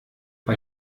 bei